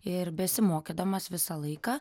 ir besimokydamas visą laiką